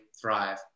thrive